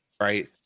right